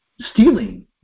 stealing